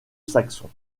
saxons